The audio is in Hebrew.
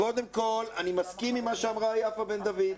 קודם כול אני מסכים עם מה שאמרה יפה בן דוד,